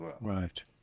Right